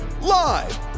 Live